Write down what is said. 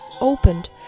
opened